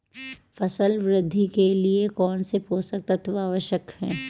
फसल वृद्धि के लिए कौनसे पोषक तत्व आवश्यक हैं?